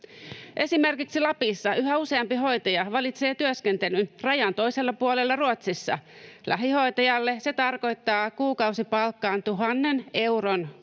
Esimerkiksi Lapissa yhä useampi hoitaja valitsee työskentelyn rajan toisella puolella Ruotsissa. Lähihoitajalle se tarkoittaa kuukausipalkkaan 1 000 euron korotusta